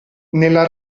nella